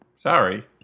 sorry